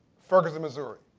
ferguson, missouri.